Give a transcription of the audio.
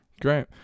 Great